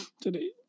Today